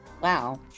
Wow